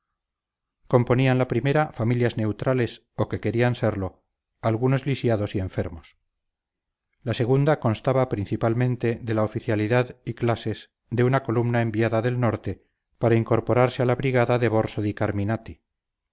componían la primera familias neutrales o que querían serlo algunos lisiados y enfermos la segunda constaba principalmente de la oficialidad y clases de una columna enviada del norte para incorporarse a la brigada de borso di carminati